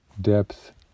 depth